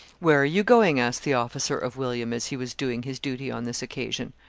where are you going? asked the officer of william, as he was doing his duty on this occasion.